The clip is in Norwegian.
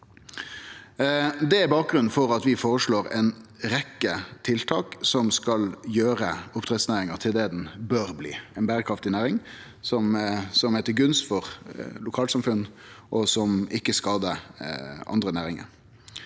Det er bakgrunnen for at vi føreslår ei rekkje tiltak som skal gjere oppdrettsnæringa til det ho bør bli: ei berekraftig næring som er til gunst for lokalsamfunn, og som ikkje skader andre næringar.